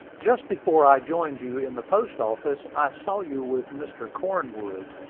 just before i joined you in the post-office, i saw you with mr. cornwood.